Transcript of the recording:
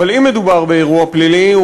אבל אם מדובר באירוע פלילי,